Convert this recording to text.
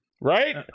Right